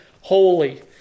holy